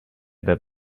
that